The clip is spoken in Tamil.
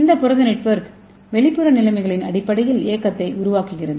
இந்த புரத நெட்வொர்க் வெளிப்புற நிலைமைகளின் அடிப்படையில் இயக்கத்தை இயக்குகிறது